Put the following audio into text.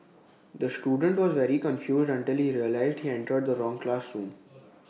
the student was very confused until he realised he entered the wrong classroom